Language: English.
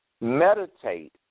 meditate